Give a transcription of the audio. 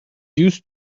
used